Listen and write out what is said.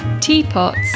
teapots